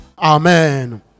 amen